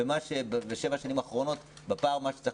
יש פער בשבע השנים האחרונות במה שצריך